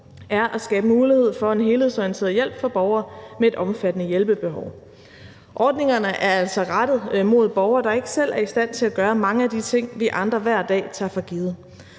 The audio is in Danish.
er at skabe mulighed for en helhedsorienteret hjælp for borgere med et omfattende hjælpebehov. Ordningerne er altså rettet mod borgere, der ikke selv er i stand til at gøre mange af de ting, vi andre hver dag tager for givet.